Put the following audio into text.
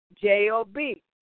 J-O-B